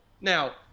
Now